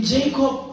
Jacob